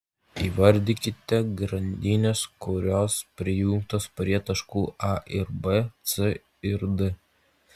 įvardykite grandines kurios prijungtos prie taškų a ir b c ir d